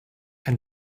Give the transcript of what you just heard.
and